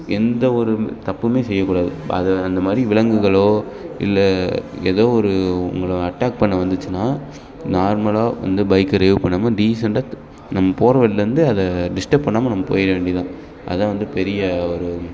எந்த ஒரு தப்புமே செய்யக்கூடாது அதை அந்த மாதிரி விலங்குகளோ இல்லை ஏதோ ஒரு உங்களை அட்டாக் பண்ண வந்துச்சுனால் நார்மலாக வந்து பைக்கு ட்ரைவ் பண்ணாமல் டீசண்ட்டாக த் நம்ம போகிற வழிலேருந்து அதை டிஸ்டர்ப் பண்ணாமல் நம்ம போயிட வேண்டிய தான் அது வந்து பெரிய ஒரு